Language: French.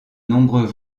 nombreux